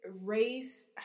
race